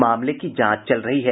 मामले की जांच चल रही है